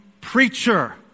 preacher